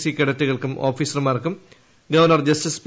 C കേഡറ്റുകൾക്കും ഓഫീസർമുരുക്കും governor justice P